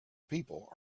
people